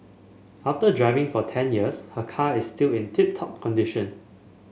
after driving for ten years her car is still in tip top condition